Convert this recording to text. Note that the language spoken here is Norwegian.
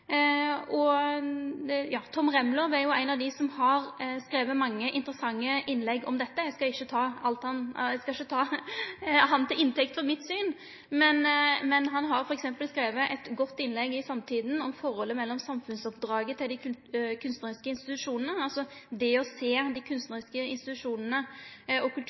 Tom Remlov er ein av dei som har skrive mange interessante innlegg om dette. Eg skal ikkje ta han til inntekt for mitt syn, men han har f.eks. skrive eit godt innlegg i Samtiden om forholdet mellom samfunnsoppdraget til dei kunstnariske institusjonane og kulturinstitusjonane som ein del av samfunnet, samtidig som det er institusjonar for kunst og kultur av høgaste kvalitet – og